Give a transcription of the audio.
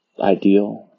ideal